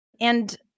And-